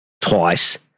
twice